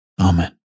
Amen